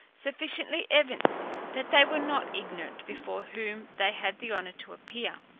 sufficiently evinced that they were not ignorant before whom they had the honour to appear.